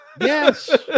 Yes